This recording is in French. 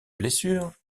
blessure